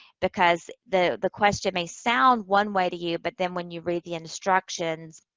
because the the question may sound one way to you, but then when you read the instructions,